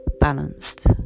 balanced